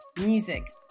music